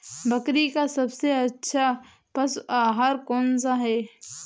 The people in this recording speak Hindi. बकरी का सबसे अच्छा पशु आहार कौन सा है?